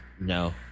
no